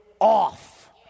off